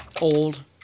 Old